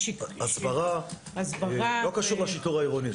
הסברה לא קשור השיטור העירוני.